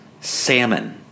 Salmon